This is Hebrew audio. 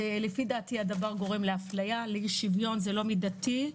הדבר גורם לאפליה, לאי-שוויון, זה לא מידתי.